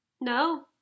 No